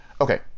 Okay